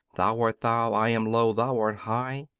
thou art thou, i am low, thou art high,